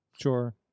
sure